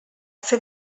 fer